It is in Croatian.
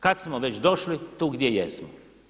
Kada smo već došli tu gdje jesmo.